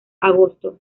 agosto